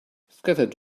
scattered